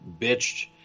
bitched